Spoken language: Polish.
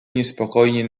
niespokojnie